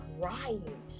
crying